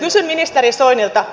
kysyn ministeri soinilta